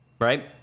Right